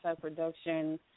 production